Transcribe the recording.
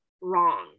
wrong